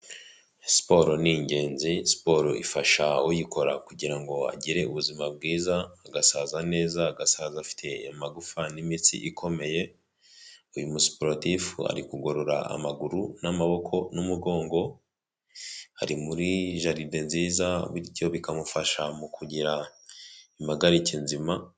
Siporo ni ingenzi, siporo ifasha uyikora kugira ngo agire ubuzima bwiza, agasaza neza ,agasaza afite amagufa n'imitsi ikomeye, uyu musiporutifu ari kugorora amaguru n'amaboko n'umugongo, ari muri jaride nziza bityo bikamufasha mu kugira impagarike nzima.